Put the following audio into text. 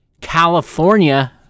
California